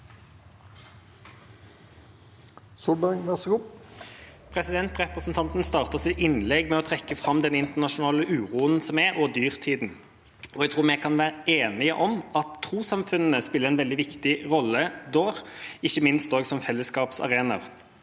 Represen- tanten startet sitt innlegg med å trekke fram den internasjonale uroen som er, og dyrtida. Jeg tror vi kan være enige om at trossamfunnene spiller en veldig viktig rolle da, ikke minst som fellesskapsarenaer.